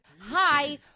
hi